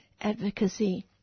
Advocacy